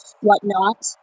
whatnot